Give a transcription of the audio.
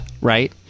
right